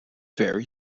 very